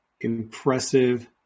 impressive